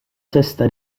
sesta